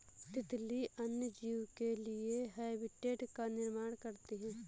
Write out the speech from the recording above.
तितली अन्य जीव के लिए हैबिटेट का निर्माण करती है